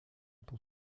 pour